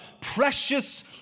precious